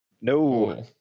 No